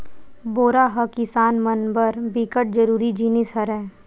बोरा ह किसान मन बर बिकट जरूरी जिनिस हरय